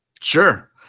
Sure